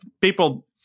people